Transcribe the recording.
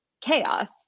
chaos